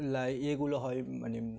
লাই এগুলো হয় মানে